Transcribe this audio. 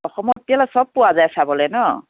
অসমত কেলৈ সব পোৱা যায় চাবলৈ নহ্